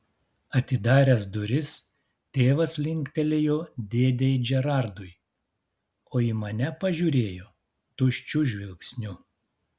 atidaręs duris tėvas linktelėjo dėdei džerardui o į mane pažiūrėjo tuščiu žvilgsniu